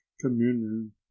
communion